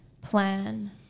plan